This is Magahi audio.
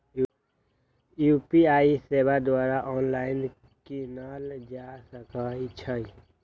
यू.पी.आई सेवा द्वारा ऑनलाइन कीनल जा सकइ छइ